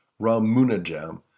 Ramunajam